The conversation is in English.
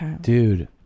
dude